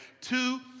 Two